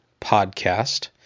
Podcast